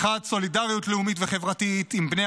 האחד הוא סולידריות לאומית וחברתית עם בני